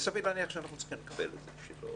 וסביר להניח שאנחנו צריכים לקבל את זה שלא.